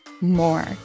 more